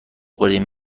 خوردیم